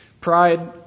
Pride